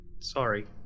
Sorry